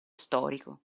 storico